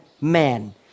man